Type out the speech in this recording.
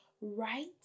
right